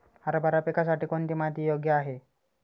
हरभरा पिकासाठी कोणती माती योग्य आहे?